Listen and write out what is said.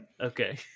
Okay